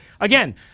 Again